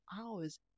hours